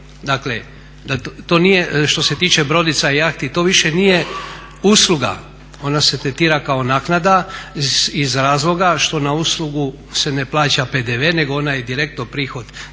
nije što se tiče brodica i jahti, to više nije usluga. Ona se tretira kao naknada iz razloga što na uslugu se ne plaća PDV, nego ona je direktno prihod